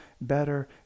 better